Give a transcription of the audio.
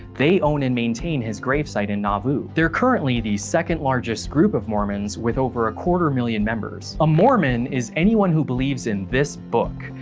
they own and maintain his gravesite in nauvoo. they're currently the second largest group of mormons with over a quarter million members. a mormon is anyone who believes in this book,